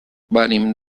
venim